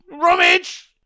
rummage